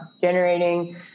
generating